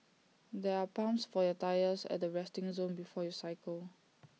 there are pumps for your tyres at the resting zone before you cycle